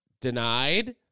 denied